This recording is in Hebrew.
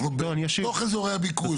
אנחנו בתוך אזורי הביקוש,